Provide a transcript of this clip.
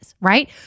right